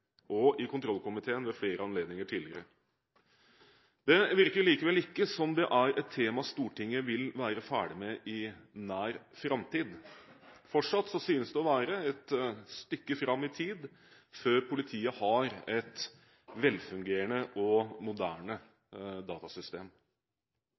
og i kontrollkomiteen ved flere anledninger tidligere. Det virker likevel ikke som det er et tema Stortinget vil være ferdig med i nær framtid. Fortsatt synes det å være et stykke fram i tid til politiet har et velfungerende og moderne